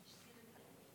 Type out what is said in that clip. בבקשה.